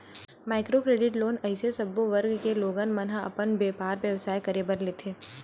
micro credit loan अइसे सब्बो वर्ग के लोगन मन ह अपन बेपार बेवसाय करे बर लेथे